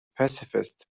pacifist